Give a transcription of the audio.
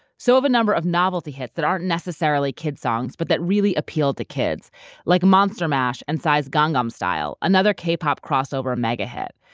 so have a number of novelty hits that aren't necessarily kids' songs but that really appealed to kids like monster mash and psy's gangnam style, another k-pop crossover mega-hit.